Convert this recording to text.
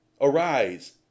Arise